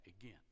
again